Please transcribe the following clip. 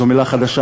זו מילה חדשה,